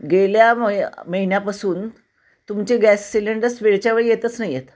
गेल्या मै महिन्यापासून तुमचे गॅस सिलेंडरस वेळच्या वेळी येतच नाही आहेत